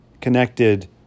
connected